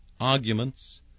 arguments